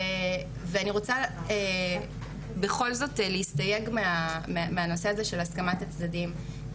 ואני רוצה בכל זאת להסתייג מהנושא הזה של הסכמת הצדדים.